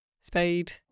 spade